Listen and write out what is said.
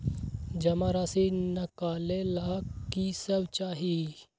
जमा राशि नकालेला कि सब चाहि?